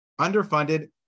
underfunded